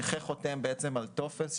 הנכה חותם על טופס,